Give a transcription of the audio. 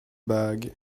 bag